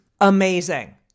amazing